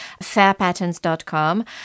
fairpatterns.com